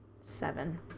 Seven